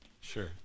Sure